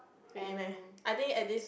really meh I think at this